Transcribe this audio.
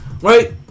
Right